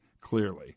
clearly